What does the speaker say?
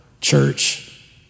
church